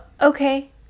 okay